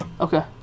Okay